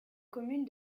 commune